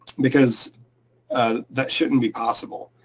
because that shouldn't be possible.